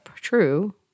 true